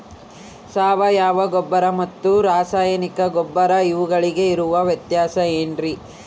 ಸಾವಯವ ಗೊಬ್ಬರ ಮತ್ತು ರಾಸಾಯನಿಕ ಗೊಬ್ಬರ ಇವುಗಳಿಗೆ ಇರುವ ವ್ಯತ್ಯಾಸ ಏನ್ರಿ?